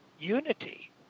unity